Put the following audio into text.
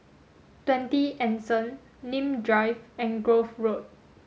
twenty Anson Nim Drive and Grove Road